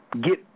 get –